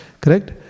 correct